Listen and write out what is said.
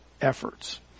efforts